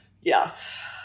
yes